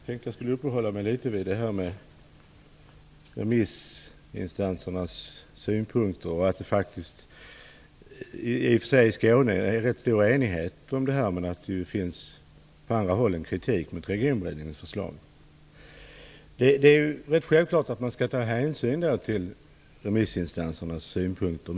Fru talman! Jag tänkte uppehålla mig litet vid detta med remissinstansernas synpunkter. I och för sig råder det i Skåne rätt stor enighet om Regionberedningens förslag, men det förekommer en del kritik från andra håll. Det är ganska självklart att man skall ta hänsyn till remissinstansernas synpunkter.